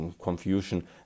confusion